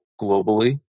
globally